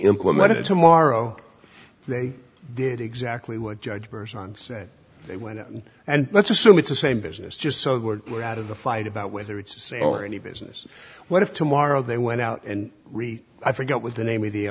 implemented tomorrow they did exactly what judge bers on said they went in and let's assume it's the same business just so we're we're out of the fight about whether it's a sale or any business what if tomorrow they went out and read i forgot with the name of the